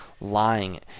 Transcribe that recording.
lying